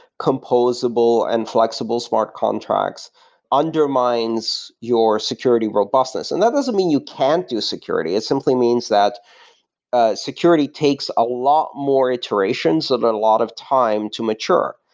compostable and flexible smart contracts undermines your security robustness, and that doesn't mean you can't do security. it simply means that ah security takes a lot more iterations and a lot of time to mature.